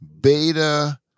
beta